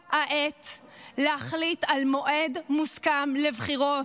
הגיעה העת להחליט על מועד מוסכם לבחירות,